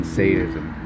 sadism